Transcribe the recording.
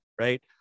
right